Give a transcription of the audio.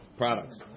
products